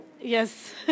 Yes